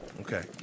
Okay